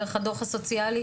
דרך הדו"ח הסוציאלי,